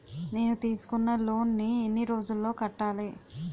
నేను తీసుకున్న లోన్ నీ ఎన్ని రోజుల్లో కట్టాలి?